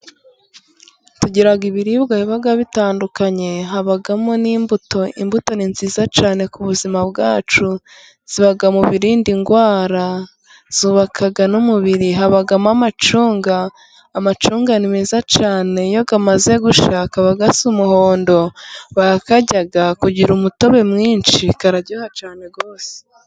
Tugira ibiribwa biba bitandukanye, habamo n'imbuto imbuto ni nziza cyane ku buzima bwacu ziba mu birinda indwara, zubaka n'umubiri, habamo amacunga, amacunga ni meza cyane iyo amaze gushya aba asa umuhondo, barayarya agira umutobe mwinshi, araryoha cyane rwose.